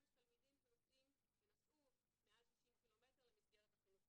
יש תלמידים שנסעו מעל 60 ק"מ למסגרת החינוכית.